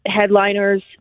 headliners